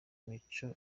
micho